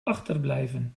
achterblijven